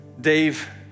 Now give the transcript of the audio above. Dave